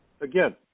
again